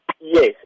Yes